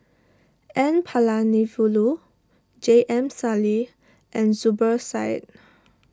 N Palanivelu J M Sali and Zubir Said